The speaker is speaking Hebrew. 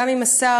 גם עם השר,